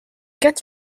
get